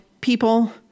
people